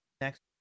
next